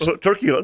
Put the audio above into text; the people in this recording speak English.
Turkey